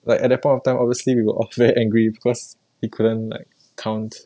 like at that point of time obviously we were all very angry because he couldn't like count